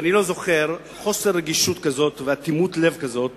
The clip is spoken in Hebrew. ואני לא זוכר חוסר רגישות כזאת ואטימות לב כזאת